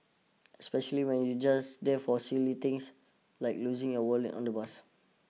especially when you just there for silly things like losing your wallet on the bus